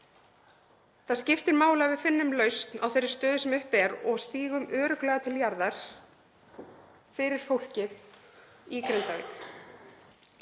Það skiptir máli að við finnum lausn á þeirri stöðu sem uppi er og stígum örugglega til jarðar fyrir fólkið í Grindavík.